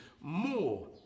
more